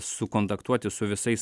sukontaktuoti su visais